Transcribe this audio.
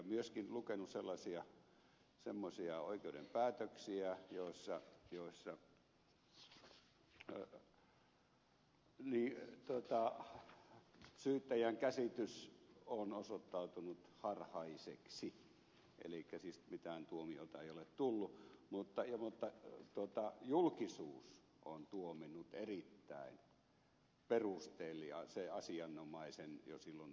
myöskin olen lukenut semmoisia oikeudenpäätöksiä joissa syyttäjän käsitys on osoittautunut harhaiseksi elikkä siis mitään tuomiota ei ole tullut mutta julkisuus on tuominnut erittäin perusteellisesti asianomaisen jo silloin tutkinnan vaiheessa